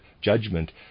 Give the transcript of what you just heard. judgment